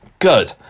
Good